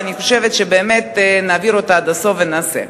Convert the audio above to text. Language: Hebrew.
ואני חושבת שבאמת נעביר אותה עד הסוף ונעשה.